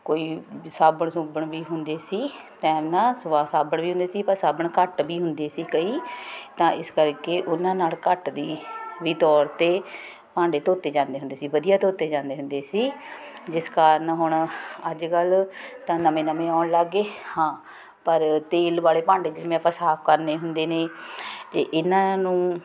ਕੋਈ ਵੀ ਸਾਬਣ ਸੁਬਣ ਵੀ ਹੁੰਦੇ ਸੀ ਤਾਂ ਟੈਮ ਨਾ ਸੁਆ ਸਾਬਣ ਵੀ ਹੁੰਦੇ ਸੀ ਪਰ ਸਾਬਣ ਘੱਟ ਵੀ ਹੁੰਦੇ ਸੀ ਕਈ ਤਾਂ ਇਸ ਕਰਕੇ ਉਹਨਾਂ ਨਾਲ ਘੱਟ ਦੀ ਵੀ ਤੌਰ 'ਤੇ ਭਾਂਡੇ ਧੋਤੇ ਜਾਂਦੇ ਹੁੰਦੇ ਸੀ ਵਧੀਆ ਧੋਤੇ ਜਾਂਦੇ ਹੁੰਦੇ ਸੀ ਜਿਸ ਕਾਰਨ ਹੁਣ ਅੱਜ ਕੱਲ੍ਹ ਤਾਂ ਨਵੇਂ ਨਵੇਂ ਆਉਣ ਲੱਗ ਗਏ ਹਾਂ ਪਰ ਤੇਲ ਵਾਲੇ ਭਾਂਡੇ ਜਿਵੇਂ ਪਤਾ ਕਰਨੇ ਹੁੰਦੇ ਨੇ ਤਾਂ ਇਹਨਾਂ ਨੂੰ